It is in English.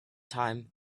time